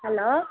hello